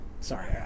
Sorry